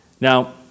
Now